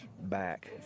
back